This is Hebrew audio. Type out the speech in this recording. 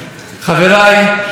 אני שמח לראות אתכם.